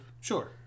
Sure